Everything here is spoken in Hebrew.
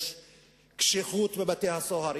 יש קשיחות בבתי-הסוהר,